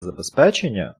забезпечення